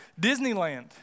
Disneyland